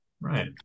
Right